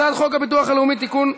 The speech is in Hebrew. הצעת חוק הביטוח הלאומי (תיקון,